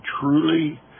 truly